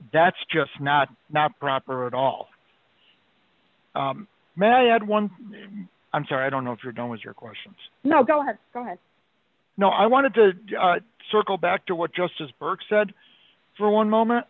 that's just not not proper at all may i add one i'm sorry i don't know if you're done with your questions now go ahead go ahead no i want to circle back to what justice burke said for one moment